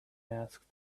asked